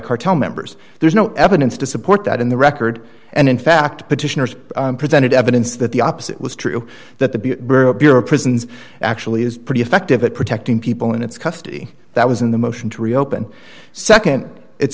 cartel members there's no evidence to support that in the record and in fact petitioners presented evidence that the opposite was true that the bureau of prisons actually is pretty effective at protecting people in its custody that was in the motion to reopen nd it